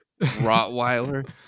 Rottweiler